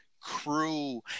crew